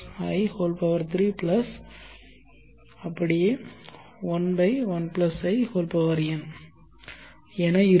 11in என இருக்கும்